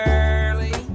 early